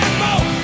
more